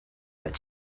that